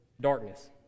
darkness